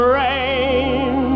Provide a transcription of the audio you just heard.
rain